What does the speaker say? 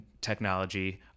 technology